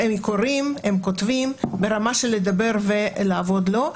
הם קוראים, הם כותבים, ברמה של לדבר ולעבוד לא.